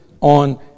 on